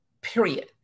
Period